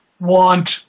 want